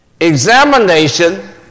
Examination